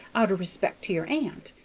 out o' respect to your aunt.